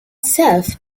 self